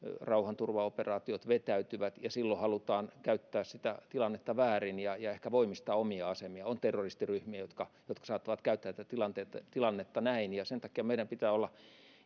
rauhanturvaoperaatiot vetäytyvät ja silloin halutaan käyttää sitä tilannetta väärin ja ja ehkä voimistaa omia asemia on terroristiryhmiä jotka jotka saattavat käyttää tätä tilannetta näin sen takia meidän pitää olla